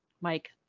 mike